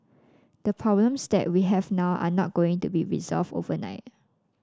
the problems that we have now are not going to be resolved overnight